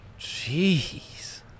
jeez